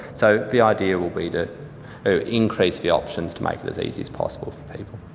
so the idea will be to increase the options to make it as easy as possible for people.